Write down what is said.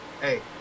Hey